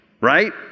right